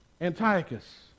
Antiochus